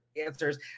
answers